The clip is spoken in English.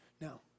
Now